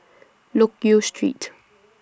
Loke Yew Street